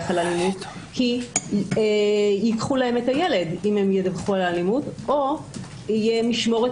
על אלימות כי אז ייקחו להן את הילד או תהיה משמורת